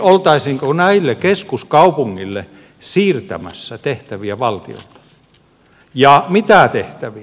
oltaisiinko näille keskuskaupungeille siirtämässä tehtäviä valtiolta ja mitä tehtäviä